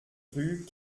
rue